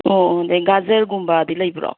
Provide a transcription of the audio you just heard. ꯑꯣ ꯑꯗꯒꯤ ꯒꯖꯔꯒꯨꯝꯕꯗꯤ ꯂꯩꯕ꯭ꯔꯣ